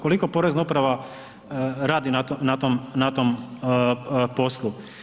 Koliko porezna uprava radi na tom poslu?